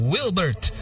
Wilbert